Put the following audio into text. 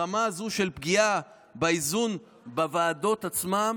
הרמה הזאת של פגיעה באיזון בוועדות עצמן,